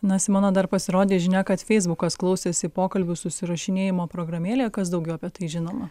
na simona dar pasirodė žinia kad feisbukas klausėsi pokalbių susirašinėjimo programėlėje kas daugiau apie tai žinoma